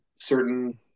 certain